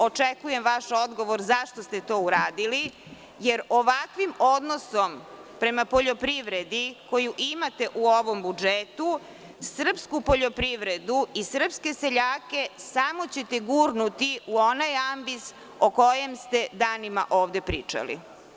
Očekujem vaš odgovor zašto ste to uradili jer ovakvim odnosom prema poljoprivredi koji imate u ovom budžetu, srpsku poljoprivredu i srpske seljake samo ćete gurnuti u onaj ambis o kojem ste danima ovde pričali.